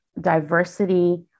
diversity